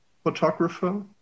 photographer